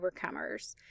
overcomers